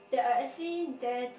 I actually dare